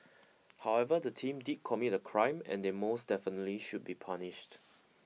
however the team did commit a crime and they most definitely should be punished